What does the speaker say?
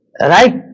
Right